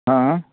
हँ